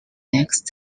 next